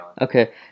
Okay